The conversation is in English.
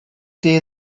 day